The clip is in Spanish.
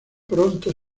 pronto